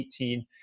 2018